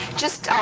just,